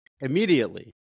Immediately